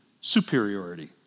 superiority